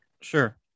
Sure